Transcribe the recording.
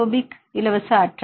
hydrophobic இலவச ஆற்றல்